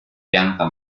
pianta